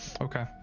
Okay